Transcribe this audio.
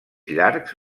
llargs